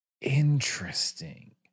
Interesting